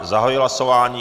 Zahajuji hlasování.